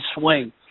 swing